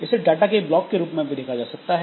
इसे डाटा के ब्लॉक के रूप में भी देखा जा सकता है